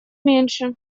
меньше